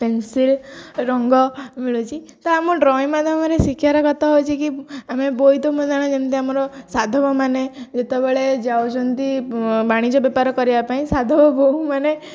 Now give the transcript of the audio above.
pencil ରଙ୍ଗ ମିଳୁଛି ତ ଆମ ଡ୍ରଇଂ ମାଧ୍ୟମରେ ଶିକ୍ଷାର କଥା ହେଉଛି କି ଆମେ ବୋଇତ ଯେମିତି ଆମର ସାଧବମାନେ ଯେତେବେଳେ ଯାଉଛନ୍ତି ବାଣିଜ୍ୟ ବେପାର କରିବା ପାଇଁ ସାଧବ ବୋହୂ ମାନେ